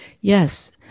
Yes